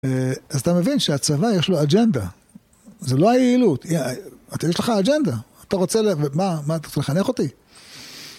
אז אתה מבין שהצבא יש לו אג'נדה, זה לא היעילות, אתה, יש לך אג'נדה, אתה רוצה, מה, אתה רוצה לחנך אותי?